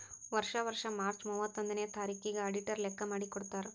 ವರ್ಷಾ ವರ್ಷಾ ಮಾರ್ಚ್ ಮೂವತ್ತೊಂದನೆಯ ತಾರಿಕಿಗ್ ಅಡಿಟರ್ ಲೆಕ್ಕಾ ಮಾಡಿ ಕೊಡ್ತಾರ್